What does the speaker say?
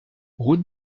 route